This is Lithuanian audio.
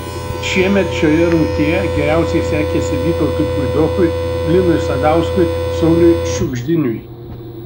šiemet šioje rungtyje geriausiai sekėsi vytautui puidokui linui sadauskui sauliui šiugždiniui